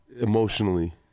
Emotionally